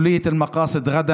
מכללת אל-מקאסד,